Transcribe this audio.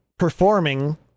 Performing